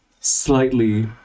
slightly